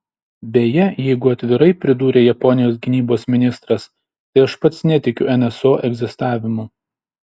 beje jeigu atvirai pridūrė japonijos gynybos ministras tai aš pats netikiu nso egzistavimu